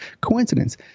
coincidence